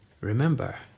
Remember